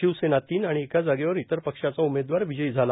शिवसेना तीन आणि एका जागेवर इतर पक्षाचा उमेवादवार विजयी झाला